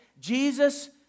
Jesus